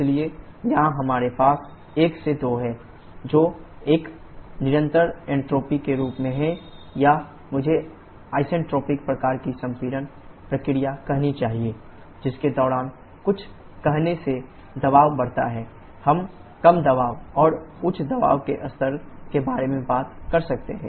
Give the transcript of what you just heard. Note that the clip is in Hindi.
इसलिए यहाँ हमारे पास 1 2 है जो एक निरंतर एन्ट्रापी के रूप में है या मुझे इसेंट्रोपिक प्रकार की संपीडन प्रक्रिया कहनी चाहिए जिसके दौरान कुछ कहने से दबाव बढ़ता है हम कम दबाव और उच्च दबाव के स्तर के बारे में बात कर सकते हैं